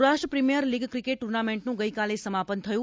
Saurashtra premier league cricket ટ્ર્નામેન્ટનું ગઇકાલે સમાપન થયું